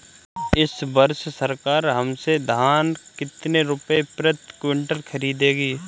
इस वर्ष सरकार हमसे धान कितने रुपए प्रति क्विंटल खरीदेगी?